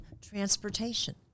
Transportation